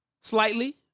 slightly